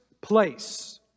place